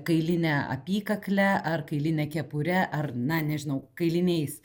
kailine apykakle ar kailine kepure ar na nežinau kailiniais